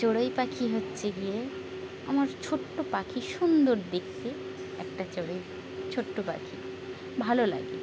চড়ুই পাখি হচ্ছে গিয়ে আমার ছোট্ট পাখি সুন্দর দেখতে একটা চড়ুই ছোট্ট পাখি ভালো লাগে